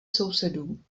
sousedů